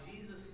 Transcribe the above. Jesus